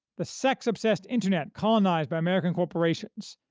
the sex-obsessed internet colonized by american corporations,